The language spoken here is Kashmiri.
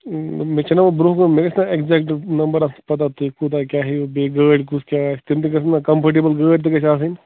مےٚ چھِناہ وۅنۍ برٛونٛہہ کُن مےٚ گژھِ نا اٮ۪کزٮ۪کٹہٕ نَمبَر آسٕنۍ پَتاہ تُہۍ کوٗتاہ کیٛاہ ہیٚیِو بیٚیہِ گٲڑۍ کُس کیٛاہ آسہِ تِم تہِ گژھَن نا کَمفٲٹیبُل گٲڑۍ تہِ گژھِ آسٕنۍ